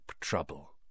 trouble